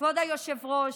כבוד היושב-ראש,